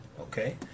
Okay